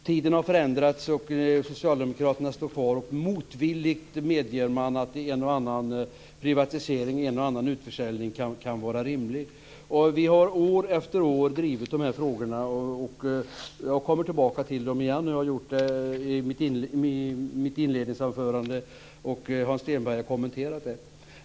Tiderna har förändrats men socialdemokraterna står kvar. Motvilligt medges att en och annan privatisering och en och annan utförsäljning kan vara rimlig. År efter år har vi drivit de här frågorna och jag återkommer till dem igen. Det gjorde jag också i mitt inledningsanförande och Hans Stenberg har kommenterat detta.